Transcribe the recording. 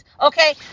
Okay